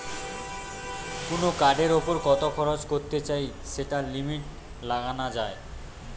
কুনো কার্ডের উপর কত খরচ করতে চাই সেটার লিমিট লাগানা যায়